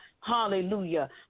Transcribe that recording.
hallelujah